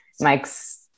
mike's